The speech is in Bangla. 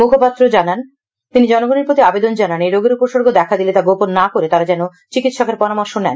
মুখপাত্র জনগনের প্রতি আবেদন জানান এই রোগের উপগর্গ দেখা দিলে তা গোপন না করে তারা যেন চিকিৎসকের পরামর্শ নেন